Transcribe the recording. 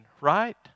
right